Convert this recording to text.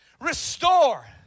restore